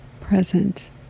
present